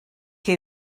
chi